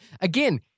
again